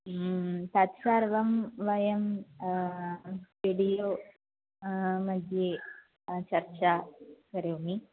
तत्सर्वं वयं विडियोमध्ये चर्चा करोमि